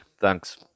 Thanks